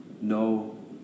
no